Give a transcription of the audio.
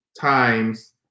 times